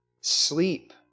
Sleep